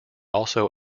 also